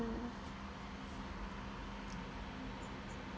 mm